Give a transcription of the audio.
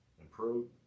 improved